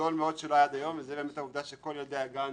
גדול מאוד שלא היה עד היום והוא העובדה שכל ילדי הגן